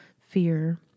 fear